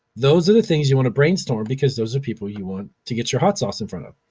those are the things you wanna brainstorm because those are people you want to get your hot sauce in front of.